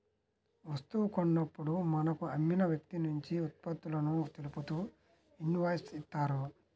వస్తువు కొన్నప్పుడు మనకు అమ్మిన వ్యక్తినుంచి ఉత్పత్తులను తెలుపుతూ ఇన్వాయిస్ ఇత్తారు